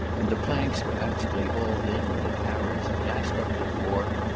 and the planks were actually hauled in when a carriage dashed up to the wharf,